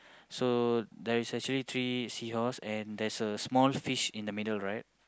so there is actually three seahorse and there's a small fish in the middle right